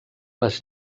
les